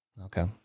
Okay